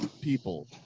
people